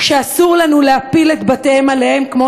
שאסור לנו להפיל את בתיהם עליהם כמו